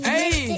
Hey